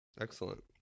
Excellent